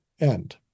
end